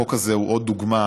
החוק הזה הוא עוד דוגמה,